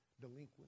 delinquent